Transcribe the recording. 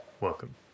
Welcome